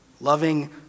Loving